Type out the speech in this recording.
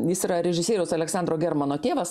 jis yra režisieriaus aleksandro germano tėvas